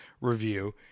review